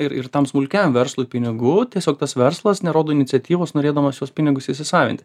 ir ir tam smulkiąjam verslui pinigų tiesiog tas verslas nerodo iniciatyvos norėdamas tuos pinigus įsisavinti